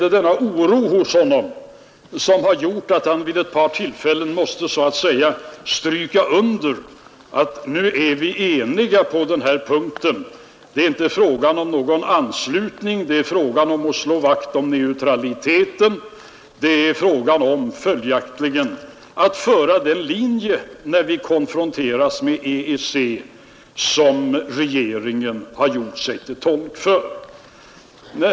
Kanske finns det hos herr Fälldin en oro som gjorde att han vid ett par tillfällen ville understryka att man är enig i det stycket. Det är inte fråga om någon anslutning, utan det gäller att slå vakt om neutraliteten. När vi nu konfronteras med EEC gäller det alltså att föra den linje som regeringen har gjort sig till tolk för.